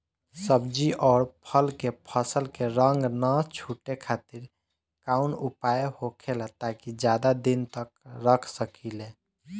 सब्जी और फल के फसल के रंग न छुटे खातिर काउन उपाय होखेला ताकि ज्यादा दिन तक रख सकिले?